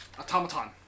automaton